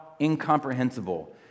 incomprehensible